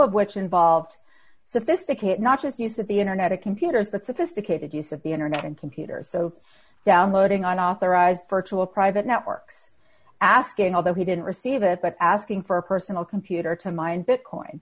of which involved sophisticated not just use of the internet or computers but sophisticated use of the internet and computers so downloading an authorized virtual private networks asking although he didn't receive it but asking for a personal computer to min